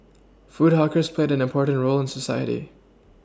food hawkers played an important role in society